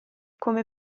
come